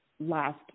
last